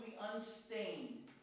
unstained